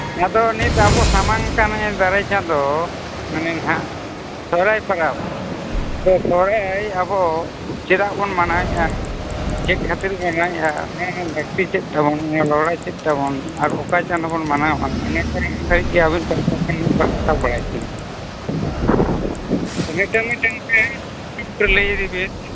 ᱦᱮᱸ ᱛᱚ ᱱᱤᱛ ᱟᱵᱚ ᱥᱟᱢᱟᱝ ᱠᱟᱱᱮ ᱫᱟᱨᱟᱭ ᱠᱟᱱ ᱫᱚ ᱢᱟᱱᱮ ᱦᱟᱸᱜ ᱥᱚᱦᱚᱨᱟᱭ ᱯᱚᱨᱚᱵᱽ ᱫᱚ ᱥᱚᱦᱚᱨᱟᱭ ᱟᱵᱚ ᱪᱮᱫᱟᱜ ᱵᱚᱱ ᱢᱟᱱᱟᱣᱮᱫᱼᱟ ᱪᱮᱫ ᱠᱷᱟᱹᱛᱤᱨ ᱵᱚᱱ ᱢᱟᱱᱟᱣᱮᱫᱼᱟ ᱚᱱᱟ ᱨᱮᱱᱟᱜ ᱞᱟᱹᱠᱛᱤ ᱪᱮᱫ ᱛᱟᱵᱚᱱ ᱚᱱᱟ ᱞᱚᱦᱲᱟ ᱪᱮᱫ ᱛᱟᱵᱚᱱ ᱟᱨ ᱚᱠᱟ ᱪᱟᱸᱫᱚ ᱵᱚᱱ ᱢᱟᱱᱟᱮᱣᱜᱼᱟ ᱚᱱᱟ ᱠᱚᱨᱮᱜᱱᱟᱜ ᱞᱟᱹᱜᱤᱫ ᱜᱮ ᱟᱹᱵᱤᱱ ᱯᱟᱦᱴᱟ ᱥᱮᱫ ᱠᱚᱱᱟ ᱵᱟᱲᱟᱭ ᱥᱟᱹᱱᱟᱹᱧ ᱠᱟᱱᱟ ᱢᱤᱫᱴᱟᱱ ᱢᱤᱫᱴᱟᱱᱛᱮ ᱞᱟᱹᱭ ᱤᱫᱤ ᱵᱤᱱ